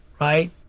right